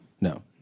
No